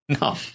No